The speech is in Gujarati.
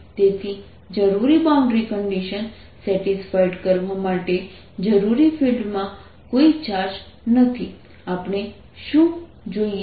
તેથી જરૂરી બાઉન્ડ્રી કન્ડિશન સેટિસ્ફાઇ કરવા માટે જરૂરી ફિલ્ડમાં કોઈ ચાર્જ નથી આપણે શું જોઈએ